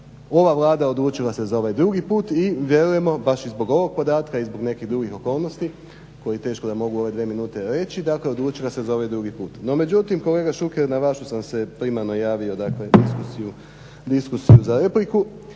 Ova Vlada odlučila se za ovaj drugi put i vjerujemo baš i zbog ovog podatka i zbog nekih drugih okolnosti koji teško da mogu u ove dvije minute reći, dakle odlučila se za ovaj drugi put. No međutim, kolega Šuker na vašu sam se primarno javio, dakle diskusiju za repliku.